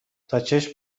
تاچشم